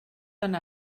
anar